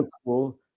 school